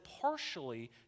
partially